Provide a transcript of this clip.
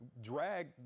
Drag